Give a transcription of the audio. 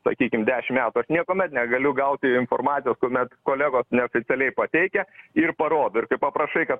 sakykim dešim metų aš niekuomet negaliu gauti informacijos kuomet kolegos neoficialiai pateikia ir parodo ir kai paprašai kad